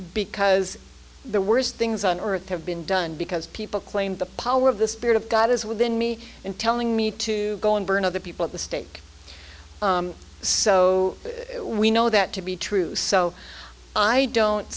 because the worst things on earth have been done because people claim the power of the spirit of god is within me in telling me to go and burn other people at the stake so we know that to be true so i don't